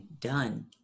done